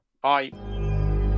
Bye